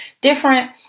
different